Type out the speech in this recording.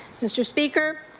mr. speaker,